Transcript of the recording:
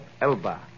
Elba